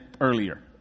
earlier